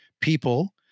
people